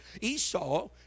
Esau